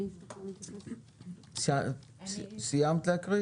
סיימת להקריא?